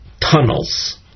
tunnels